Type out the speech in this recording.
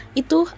itu